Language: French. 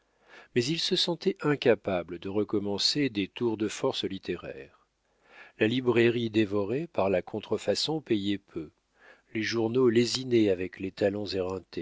mais il se sentait incapable de recommencer des tours de force littéraires la librairie dévorée par la contrefaçon payait peu les journaux lésinaient avec les talents